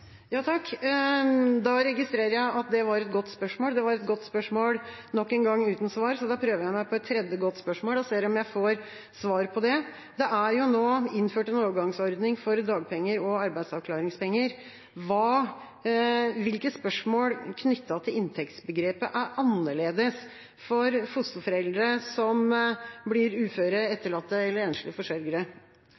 registrerer at det var et godt spørsmål. Det var et godt spørsmål, nok engang uten svar, så da prøver jeg meg på et tredje godt spørsmål og ser om jeg får svar på det. Det er nå innført en overgangsordning for dagpenger og arbeidsavklaringspenger. Hvilke spørsmål knyttet til inntektsbegrepet er annerledes for fosterforeldre som blir uføre,